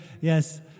Yes